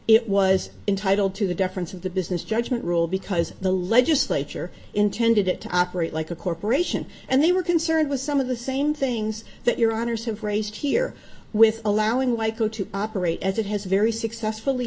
it was entitle to the deference of the business judgment rule because the legislature intended it to operate like a corporation and they were concerned with some of the same things that your honour's have raised here with allowing michael to operate as it has very successfully